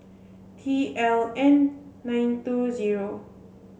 T L N nine two zero